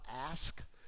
ask